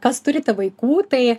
kas turite vaikų tai